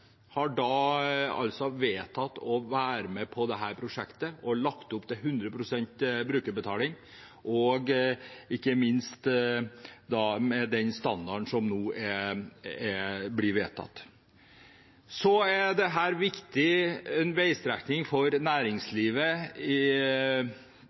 har vedtatt å være med på dette prosjektet. Det er lagt opp til 100 pst. brukerbetaling, ikke minst for den standarden som blir vedtatt. Dette er en viktig veistrekning for